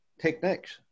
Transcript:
techniques